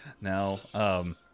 Now